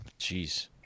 Jeez